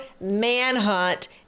manhunt